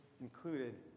included